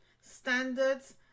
standards